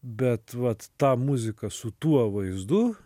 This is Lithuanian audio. bet vat ta muzika su tuo vaizdu